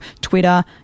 Twitter